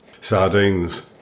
sardines